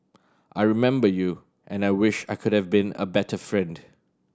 I remember you and I wish I could have been a better friend